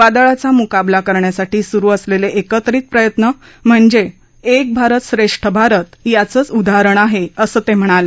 वादळाचा मुकाबला करण्यासाठी सुरु असलेले एकत्रित प्रयत्न म्हणजे एक भारत श्रेष्ठ भारत याचच उदाहरण आहे असं ते म्हणाले